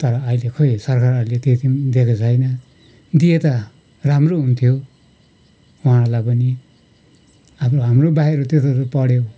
तर अहिले खोइ सरकारहरूले त्यति पनि दिएको छैन दिए त राम्रो हुन्थ्यो उहाँहरूलाई पनि अब हाम्रो भाइहरू त्यत्रो त्यत्रो पढ्यो